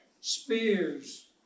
spears